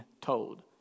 told